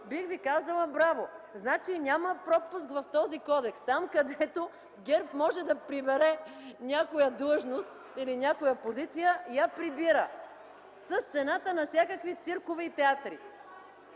бих ви казала „Браво!”. Няма пропуск в този кодекс. Там където ГЕРБ може да прибере някоя длъжност или някоя позиция я прибира с цената на всякакви циркове и театри.